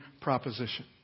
proposition